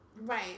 right